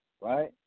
right